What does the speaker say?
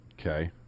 Okay